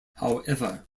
however